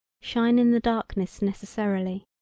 shine in the darkness necessarily.